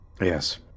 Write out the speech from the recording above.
Yes